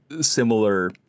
similar